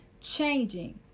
changing